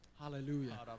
Hallelujah